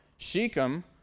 Shechem